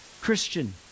Christian